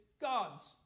God's